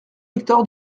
victor